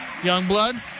Youngblood